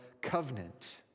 covenant